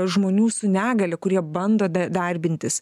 žmonių su negalia kurie bando d darbintis